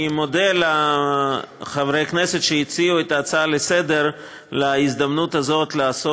אני מודה לחברי הכנסת שהציעו את ההצעה לסדר-היום על הזדמנות הזאת לעשות